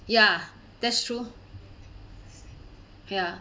ya that's true ya